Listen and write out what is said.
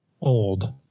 old